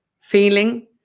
feeling